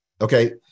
Okay